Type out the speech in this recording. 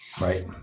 Right